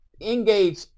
Engage